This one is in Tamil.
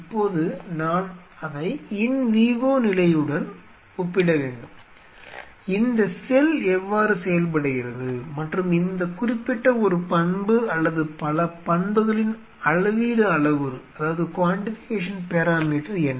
இப்போது நான் அதை இன் விவோ நிலையுடன் ஒப்பிட வேண்டும் இந்த செல் எவ்வாறு செயல்படுகிறது மற்றும் இந்த குறிப்பிட்ட ஒரு பண்பு அல்லது பல பண்புகளின் அளவீடு அளவுரு என்ன